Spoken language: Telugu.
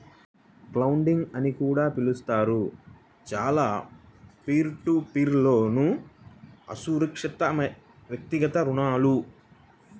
క్రౌడ్లెండింగ్ అని కూడా పిలుస్తారు, చాలా పీర్ టు పీర్ లోన్లుఅసురక్షితవ్యక్తిగత రుణాలు